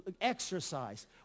Exercise